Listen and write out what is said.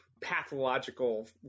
pathological